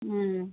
ம்